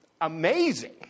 amazing